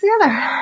together